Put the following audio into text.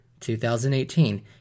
2018